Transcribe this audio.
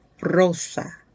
rosa